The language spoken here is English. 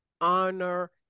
honor